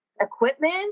equipment